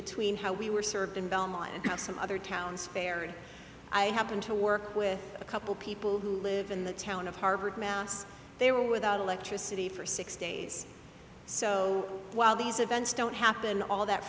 between how we were served in belmont and some other towns fair and i happened to work with a couple people who live in the town of harvard mass they were without electricity for six days so while these events don't happen all that